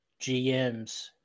GMs